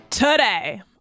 Today